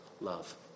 love